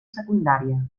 secundària